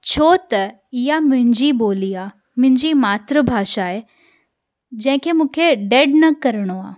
छो त इहा मुंहिंजी ॿोली आहे मुंहिंजी मातृ भाषा आहे जंहिंखे मूंखे डेड न करिणो आहे